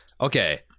Okay